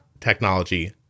technology